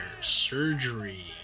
surgery